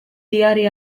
diari